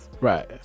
right